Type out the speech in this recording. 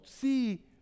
see